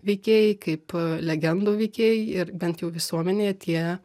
veikėjai kaip legendų veikėjai ir bent jau visuomenėje tie